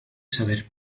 saber